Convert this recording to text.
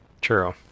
True